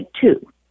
two